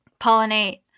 pollinate